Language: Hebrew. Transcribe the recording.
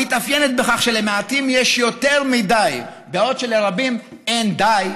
המתאפיינת שבכך שלמעטים יש יותר מדי בעוד שלרבים אין די,